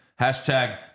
Hashtag